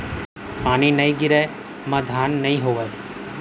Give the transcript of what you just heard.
पानी नइ गिरय म धान नइ होवय